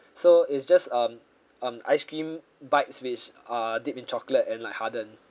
so it's just um um ice cream bites which uh dipped in chocolate and like hardened